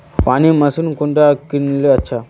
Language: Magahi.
पानी मशीन कुंडा किनले अच्छा?